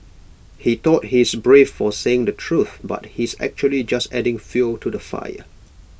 he thought he's brave for saying the truth but he's actually just adding fuel to the fire